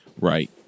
Right